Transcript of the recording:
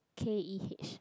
K_E_H